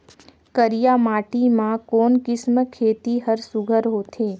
करिया माटी मा कोन किसम खेती हर सुघ्घर होथे?